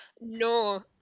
No